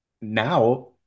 now